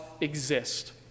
exist